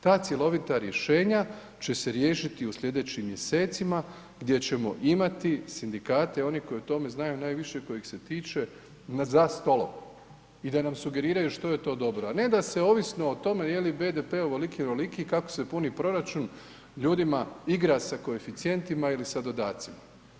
Ta cjelovita rješenja će se riješiti u slijedećim mjesecima gdje ćemo imati sindikate i one koji o tome znaju najviše i kojih se tiče za stolom i da nam sugeriraju što je to dobro a ne da se ovisno o tome je li BDP ovoliki ili onoliki i kako se puni proračun, ljudima igra sa koeficijentima ili sa dodacima.